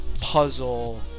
puzzle